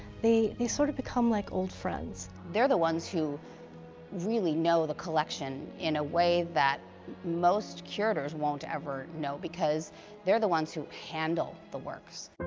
they sort of become like old friends. they're the ones who really know the collection in a way that most curators won't ever know. because they're the ones who handle the works.